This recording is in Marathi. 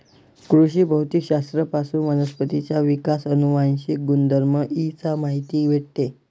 कृषी भौतिक शास्त्र पासून वनस्पतींचा विकास, अनुवांशिक गुणधर्म इ चा माहिती भेटते